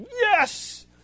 yes